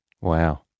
Wow